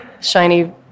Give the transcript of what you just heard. shiny